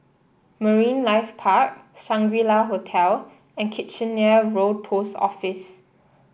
Marine Life Park Shangri La Hotel and Kitchener Road Post Office